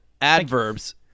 Adverbs